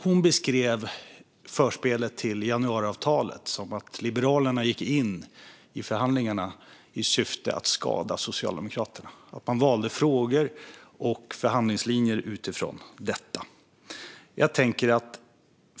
Hon beskrev förspelet till januariavtalet som att Liberalerna gick in i förhandlingarna i syfte att skada Socialdemokraterna och att man valde frågor och förhandlingslinjer utifrån det.